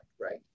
right